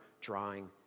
drawing